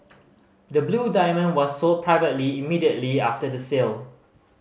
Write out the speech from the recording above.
the blue diamond was sold privately immediately after the sale